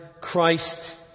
Christ